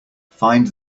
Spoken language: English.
find